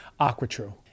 AquaTrue